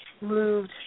moved